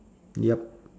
yup